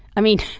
i mean,